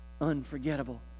Unforgettable